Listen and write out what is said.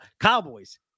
Cowboys